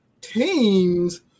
teams